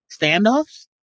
Standoffs